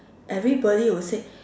everybody will say